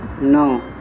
No